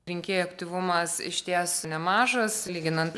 rinkėjų aktyvumas išties nemažas lyginant